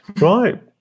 Right